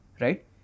right